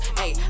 hey